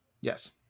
Yes